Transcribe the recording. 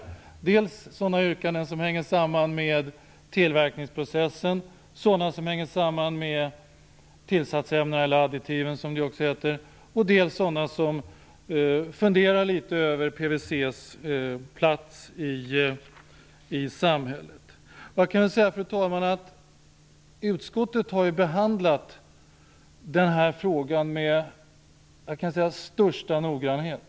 Det är dels sådana yrkanden som hänger samman med tillverkningsprocessen, dels sådana yrkanden som hänger samman med tillsatsämnena, additiven, och dels sådana yrkanden där man funderar litet över PVC:s plats i samhället. Jag kan säga, fru talman, att utskottet har behandlat den här frågan med största noggrannhet.